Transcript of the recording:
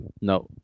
No